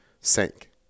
sank